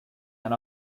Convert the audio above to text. and